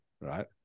right